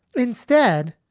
instead,